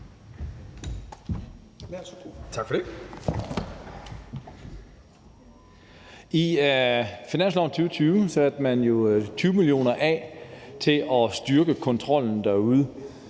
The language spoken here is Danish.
I finansloven for 2020 satte man jo 20 mio. kr. af til at styrke kontrollen.